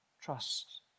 trust